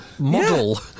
Model